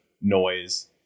noise